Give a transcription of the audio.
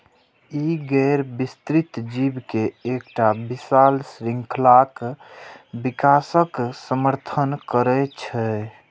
ई गैर विस्तृत जीव के एकटा विशाल शृंखलाक विकासक समर्थन करै छै